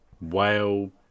whale